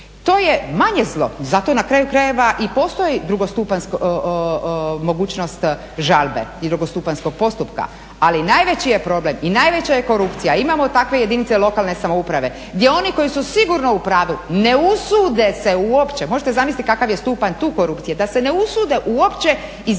To je manje zlo. Zato na kraju krajeva postoji mogućnost žalbe i drugostupanjskog postupka, ali najveći problem i najveća je korupcija, a imamo takve jedinice lokalne samouprave gdje oni koji su sigurno u pravu ne usude se uopće, možete zamisliti kakav je stupanj tu korupcije, da se ne usude uopće izjaviti